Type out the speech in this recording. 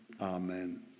amen